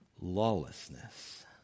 Lawlessness